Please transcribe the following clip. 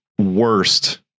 worst